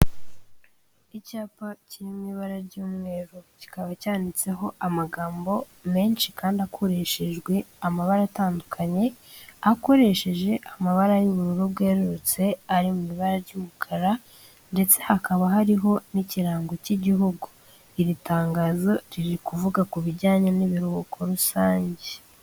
icyapa kiri mu ibara ry'umweru kikaba cyanditseho amagambo menshi kandi akoreshejwe amabara atandukanye, akoresheje amabara y'ubururu bwerurutse ari mu ibara ry'umukara ndetse hakaba hariho n'ikirango cy'igihugu iri tangazo riri kuvuga ku bijyanye n'ibiruhuko rusange.